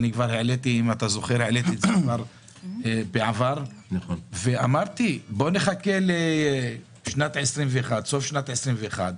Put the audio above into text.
העליתי את זה כבר בעבר ואמרתי: בואו נחכה לסוף שנת 21,